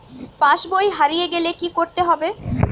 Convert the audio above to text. পাশবই হারিয়ে গেলে কি করতে হবে?